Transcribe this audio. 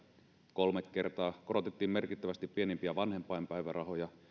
kolme kertaa korotettiin merkittävästi pienimpiä vanhempainpäivärahoja